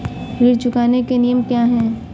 ऋण चुकाने के नियम क्या हैं?